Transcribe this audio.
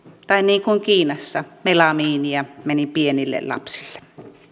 tai niin kuin kiinassa melamiinia meni pienille lapsille